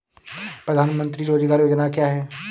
प्रधानमंत्री रोज़गार योजना क्या है?